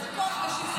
מה זה כוח משיחי?